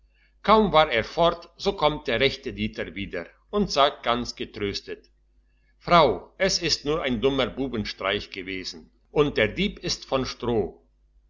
kaum war er fort so kommt der rechte dieter wieder und sagt ganz getröstet frau es ist nur ein dummer bubenstreich gewesen und der dieb ist von stroh